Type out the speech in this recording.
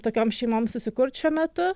tokioms šeimoms susikurt šiuo metu